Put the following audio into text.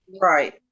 Right